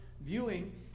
viewing